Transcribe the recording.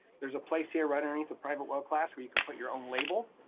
there's a place here right underneath the private well class where you can put your own label,